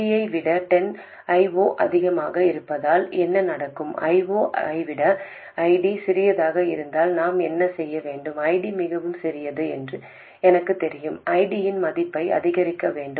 ID ஐ விட I0 அதிகமாக இருந்தால் என்ன நடக்கும் I0 ஐ விட ID சிறியதாக இருந்தால் நான் என்ன செய்ய வேண்டும் ID மிகவும் சிறியது என்று எனக்குத் தெரியும் ஐடியின் மதிப்பை அதிகரிக்க வேண்டும்